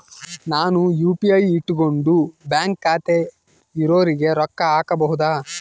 ನಾನು ಯು.ಪಿ.ಐ ಇಟ್ಕೊಂಡು ಬ್ಯಾಂಕ್ ಖಾತೆ ಇರೊರಿಗೆ ರೊಕ್ಕ ಹಾಕಬಹುದಾ?